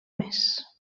més